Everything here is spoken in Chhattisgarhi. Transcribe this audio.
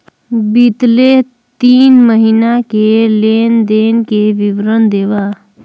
बितले तीन महीना के लेन देन के विवरण देवा?